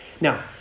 Now